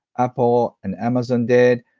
apple and amazon did,